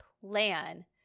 plan